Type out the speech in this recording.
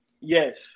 Yes